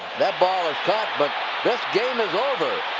that ball is caught, but this game is over.